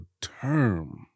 term